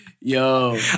yo